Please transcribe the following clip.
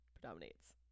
Predominates